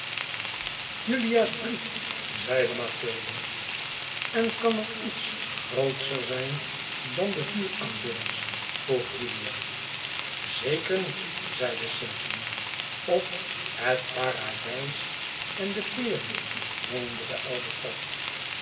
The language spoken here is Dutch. julia's brief zeide mathilde en kan er lets grootscher zijn dan de vuuraanbidders vroeg julia zeker niet zeide simpson of het paradijs en de peri meende de oude fat